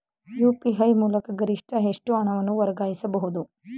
UPI ಮೂಲಕ ಗರಿಷ್ಠ ಎಷ್ಟು ಹಣವನ್ನು ವರ್ಗಾಯಿಸಬಹುದು?